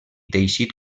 teixit